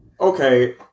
okay